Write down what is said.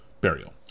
burial